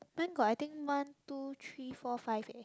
then I got I think one two three four five six